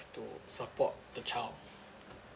to support the child